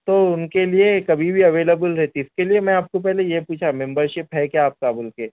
تو ان کے لیے کبھی بھی اویلیبل رہتی اس کے لیے میں آپ کو پہلے یہ پوچھا ممبر شپ ہے کیا آپ کا بول کے